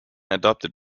adopted